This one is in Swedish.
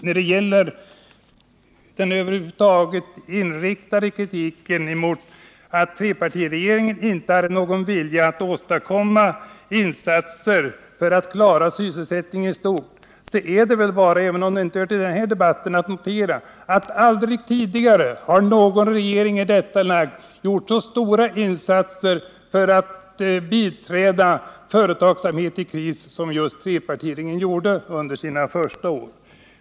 När det gäller kritiken mot trepartiregeringen för att inte ha någon vilja att åstadkomma insatser för att klara sysselsättningen i stort är det bara att notera att aldrig tidigare har någon regering i detta land gjort så stora insatser för att biträda företagsamhet i kris som trepartiregeringen gjorde under sina första år.